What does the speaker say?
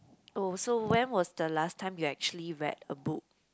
oh so when was the last time you actually read a book